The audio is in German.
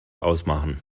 ausmachen